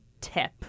tip